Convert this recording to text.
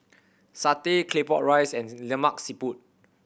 satay Claypot Rice and Lemak Siput